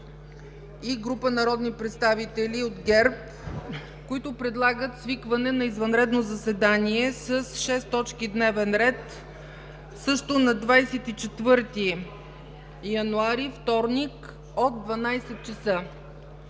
и група народни представители от ГЕРБ, които предлагат свикване на извънредно заседание с шест точки дневен ред, също на 24 януари, вторник, от 12,00 ч.